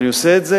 אני עושה את זה.